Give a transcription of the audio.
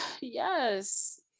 Yes